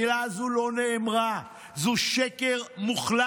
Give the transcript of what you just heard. המילה הזו לא נאמרה, זה שקר מוחלט.